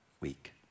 week